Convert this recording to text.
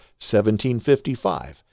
1755